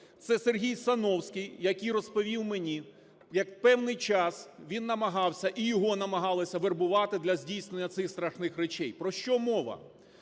це Сергій Сановський, який розповів мені, як певний час він намагався і його намагалися вербувати для здійснення цих страшних речей. Про що мова.